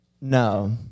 No